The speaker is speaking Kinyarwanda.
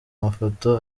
amafoto